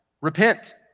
repent